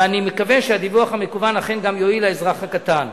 ואני מקווה שהדיווח המקוון אכן גם יועיל לאזרח הקטן.